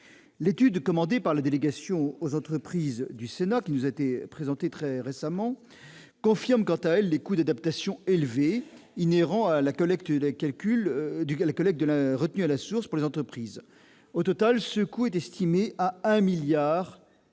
L'étude commandée par la délégation aux entreprises du Sénat qui nous a été présentée récemment confirme, quant à elle, les coûts d'adaptation élevés inhérents à la collecte de la retenue à la source par les entreprises. Au total, ce coût est estimé à 1,2 milliard